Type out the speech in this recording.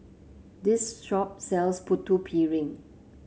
this shop sells Putu Piring